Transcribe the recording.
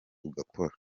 ugakora